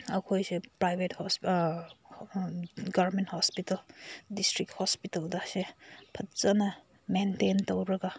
ꯑꯩꯈꯣꯏꯁꯦ private government hospital district ꯍꯣꯁꯄꯤꯇꯥꯜꯗ ꯁꯦ ꯐꯖꯅ ꯃꯦꯟꯇꯦꯟ ꯇꯧꯔꯒ